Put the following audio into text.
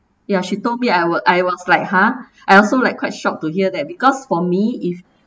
ya she told me I wa~ I was like !huh! I also like quite shocked to hear that because for me if